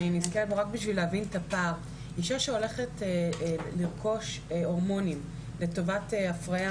אישה שהולכת לרכוש הורמונים לטובת הפריה,